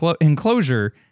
enclosure